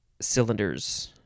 cylinders